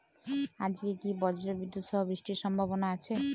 আজকে কি ব্রর্জবিদুৎ সহ বৃষ্টির সম্ভাবনা আছে?